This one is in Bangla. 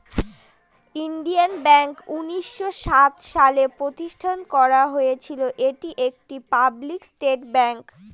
ইন্ডিয়ান ব্যাঙ্ক উনিশশো সাত সালে প্রতিষ্ঠান করা হয়েছিল এটি একটি পাবলিক সেক্টর ব্যাঙ্ক